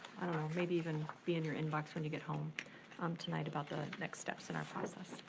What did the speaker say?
i don't know, maybe even be in your inbox when you get home um tonight about the next steps in our process.